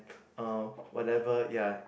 uh whatever ya